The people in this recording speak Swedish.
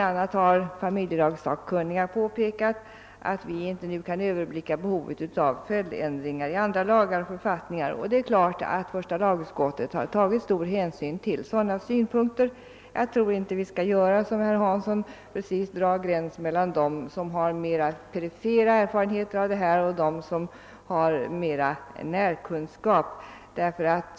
a. har familjelagssakkunniga påpekat, att vi nu inte kan överblicka behovet av följdändringar i andra lagar och författningar. Det är klart att första lagutskottet tagit stor hänsyn till sådana synpunkter. Jag tror inte att vi, som herr Hansson i Piteå gör, skall dra en gräns mellan dem som har mera perifera erfarenheter av detta och dem som besitter mera närkunskap.